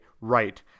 right